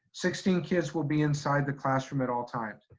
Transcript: sixteen kids will be inside the classroom at all times.